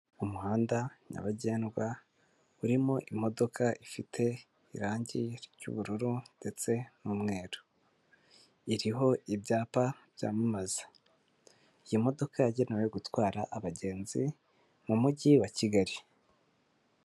Umuhanda nyabagendwa urimo imodoka ifite irangi ry'ubururu ndetse n'umweru. Iriho ibyapa byamamaza. Iyi modoka yagenewe gutwara abagenzi mu mujyi wa Kigali.